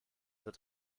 wird